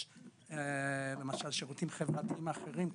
יש למשל שירותים חברתיים אחרים,